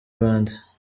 bande